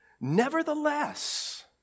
Nevertheless